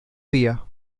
día